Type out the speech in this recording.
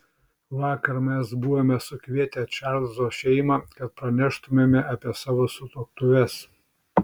vakar mes buvome sukvietę čarlzo šeimą kad praneštumėme apie savo sutuoktuves